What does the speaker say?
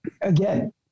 again